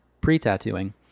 pre-tattooing